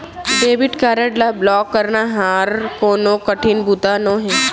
debit card ल block कराना हर कोनो कठिन बूता नोहे